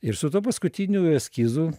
ir su tuo paskutiniu eskizu